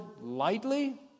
lightly